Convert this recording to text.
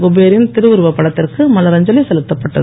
குபேரின் திருஉருவப் படத்திற்கு மலர் அஞ்சலி செலுத்தப்பட்டது